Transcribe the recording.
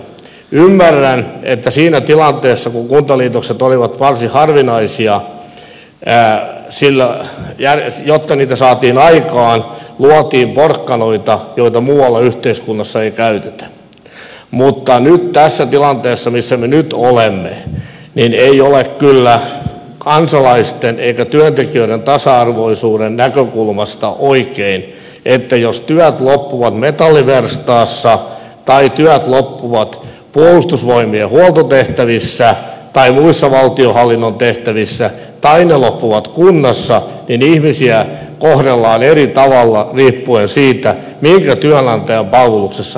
ymmärrän että siinä tilanteessa kun kuntaliitokset olivat varsin harvinaisia jotta niitä saatiin aikaan luotiin porkkanoita joita muualla yhteiskunnassa ei käytetä mutta tässä tilanteessa missä me nyt olemme ei ole kyllä kansalaisten eikä työntekijöiden tasa arvoisuuden näkökulmasta oikein että jos työt loppuvat metalliverstaassa tai työt loppuvat puolustusvoimien huoltotehtävissä tai muissa valtionhallinnon tehtävissä tai ne loppuvat kunnassa niin ihmisiä kohdellaan eri tavalla riippuen siitä minkä työnantajan palveluksessa he ovat olleet